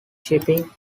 shipping